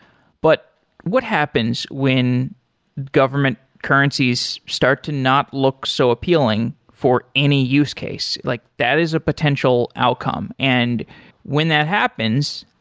but what happens when government currencies start to not look so appealing for any use case? like that is a potential outcome. and when that happens,